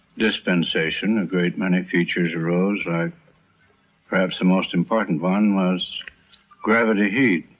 dispensation a great many features arose like perhaps the most important one was gravity heat,